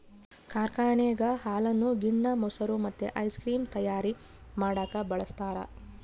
ಕಾರ್ಖಾನೆಗ ಹಾಲನ್ನು ಗಿಣ್ಣ, ಮೊಸರು ಮತ್ತೆ ಐಸ್ ಕ್ರೀಮ್ ತಯಾರ ಮಾಡಕ ಬಳಸ್ತಾರ